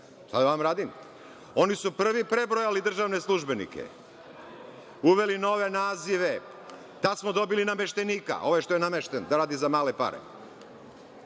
šta da vam radim. Oni su prvi prebrojali državne službenike, uveli nove nazive, tada smo dobili nameštenika, ovaj što je namešten da radi za male pare. Sada,